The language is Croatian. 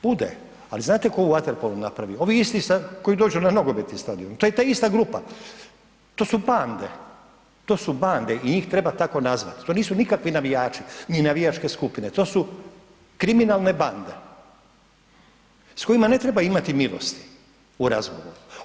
Bude, ali znate tko u vaterpolu napravi, ovi isti koji dođu na nogometni stadion, to je ta ista grupa, to su bande, to su bande i njih treba tako nazvati, to nisu nikakvi navijači ni navijačke skupine, to su kriminalne bande s kojima ne treba imati milosti u razgovoru.